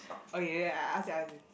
okay then I ask you I ask you